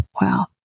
Wow